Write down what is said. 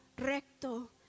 recto